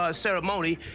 ah ceremony.